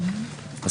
הצבעה לא אושרו.